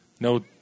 no